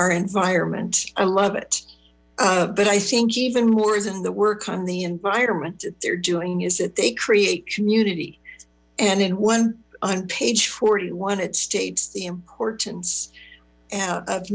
our environment i love it but i think even more is in the work on the environment they're doing is that they create community and in one on page forty one it states the importance of